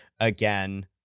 again